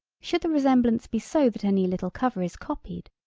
should the resemblance be so that any little cover is copied,